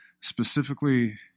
Specifically